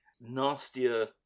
nastier